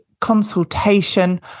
consultation